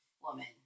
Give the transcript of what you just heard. woman